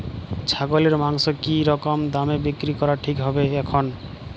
ছাগলের মাংস কী রকম দামে বিক্রি করা ঠিক হবে এখন?